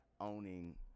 owning